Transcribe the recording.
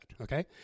okay